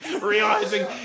realizing